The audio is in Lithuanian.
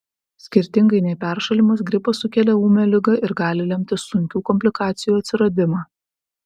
skirtingai nei peršalimas gripas sukelia ūmią ligą ir gali lemti sunkių komplikacijų atsiradimą